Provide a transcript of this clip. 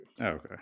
Okay